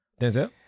Denzel